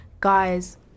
guys